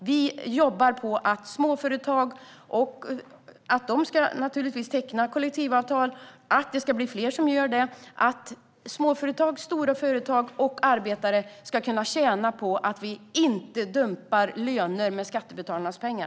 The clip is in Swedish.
Vi jobbar på att småföretag ska teckna kollektivavtal, att fler ska göra det och att småföretag, stora företag och arbetare ska tjäna på att vi inte dumpar löner med skattebetalarnas pengar.